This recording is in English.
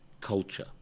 culture